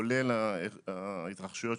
כולל ההתרחשויות,